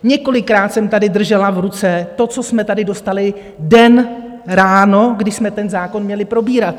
Několikrát jsem tady držela v ruce to, co jsme tady dostali v den ráno, když jsme ten zákon měli probírat.